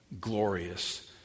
glorious